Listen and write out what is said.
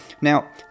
Now